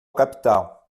capital